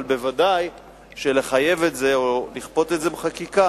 אבל ודאי שלחייב את זה או לכפות את זה בחקיקה,